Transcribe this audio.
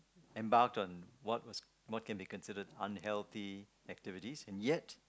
embarked on what was what can be considered unhealthy activities and yet